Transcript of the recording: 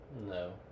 No